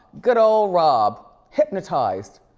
good old rob, hypnotized.